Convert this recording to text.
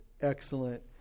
excellent